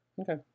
Okay